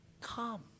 come